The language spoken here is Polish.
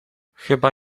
chyba